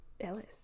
Ellis